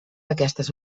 aquestes